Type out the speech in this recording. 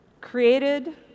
Created